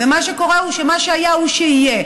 מה שקורה הוא שמה שהיה הוא שיהיה,